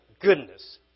goodness